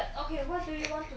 !wah! with me ah